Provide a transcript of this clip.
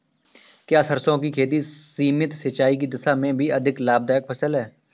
क्या सरसों की खेती सीमित सिंचाई की दशा में भी अधिक लाभदायक फसल है?